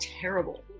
terrible